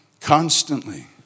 Constantly